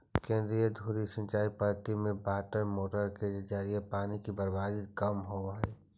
केंद्रीय धुरी सिंचाई पद्धति में वाटरमोटर के जरिए पानी के बर्बादी कम होवऽ हइ